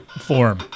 form